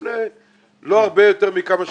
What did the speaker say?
זה היה לפני כמה שבועות,